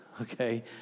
okay